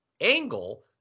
angle